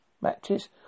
Matches